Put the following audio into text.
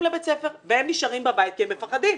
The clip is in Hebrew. לבית ספר והם נשארים בבית כי הם מפחדים.